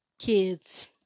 kids